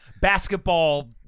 Basketball